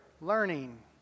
learning